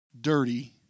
dirty